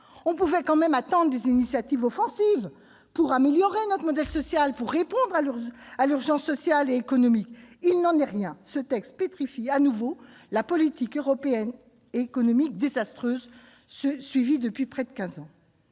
on pouvait tout de même attendre des initiatives offensives pour améliorer notre modèle social et répondre à l'urgence sociale et économique. Il n'en est rien ! Ce texte pétrifie de nouveau la désastreuse politique économique européenne suivie depuis près de quinze